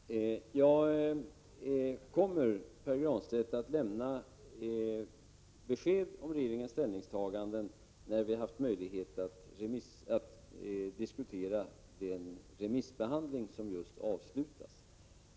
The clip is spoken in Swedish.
Herr talman! Jag kommer, Pär Granstedt, att lämna besked om regeringens ställningstaganden när vi har haft möjlighet att diskutera den remissbehandling som just avslutats.